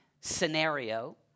scenario